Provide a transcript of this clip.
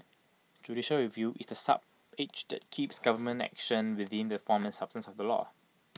judicial review is the sharp edge that keeps government action within the form and substance of the law